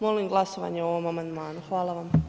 Molim glasovanje o ovom amandmanu, hvala vam.